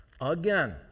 Again